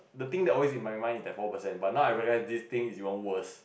the thing that always in my mind is that four percent but now I realise this thing is even worse